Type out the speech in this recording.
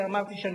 ואז אמרתי,